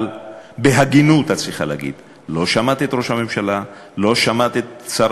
אבל את צריכה להגיד בהגינות שלא שמעת את ראש הממשלה,